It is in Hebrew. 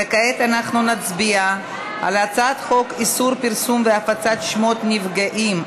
כעת אנחנו נצביע על הצעת חוק איסור פרסום והפצת שמות נפגעים,